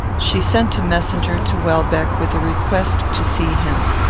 she sent a messenger to welbeck, with a request to see him.